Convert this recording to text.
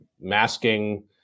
masking